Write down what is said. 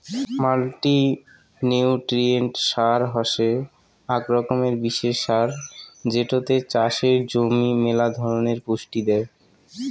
multinutrient সার হসে আক রকমের বিশেষ সার যেটোতে চাষের জমি মেলা ধরণের পুষ্টি দেই